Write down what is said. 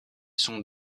sont